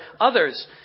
others